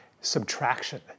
subtraction